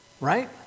right